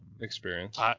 Experience